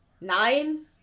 nine